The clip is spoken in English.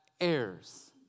heirs